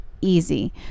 easy